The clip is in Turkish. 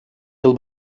yıl